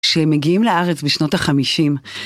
שמגיעים לארץ בשנות החמישים